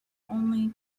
only